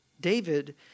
David